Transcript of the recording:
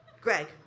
Greg